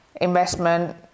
investment